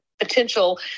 potential